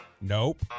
Nope